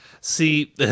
See